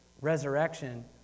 resurrection